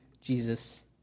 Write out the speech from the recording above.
Jesus